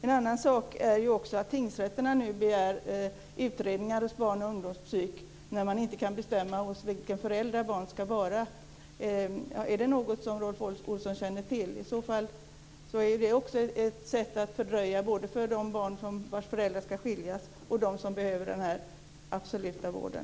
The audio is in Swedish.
En annan sak är att tingsrätterna nu begär utredningar hos barn och ungdomspsykiatrin när man inte kan bestämma hos vilken förälder barnen ska vara. Är det något som Rolf Olsson känner till? Det är i så fall också ett sätt att fördröja det här när det gäller både de barn vars föräldrar ska skiljas och de barn som behöver den här absoluta vården.